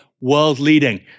world-leading